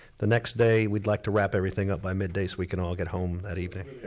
the next day we'd like to wrap everything up by midday so we can all get home that evening.